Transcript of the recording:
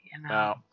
No